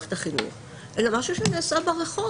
אלא משהו שנעשה ברחוב,